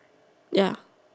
ya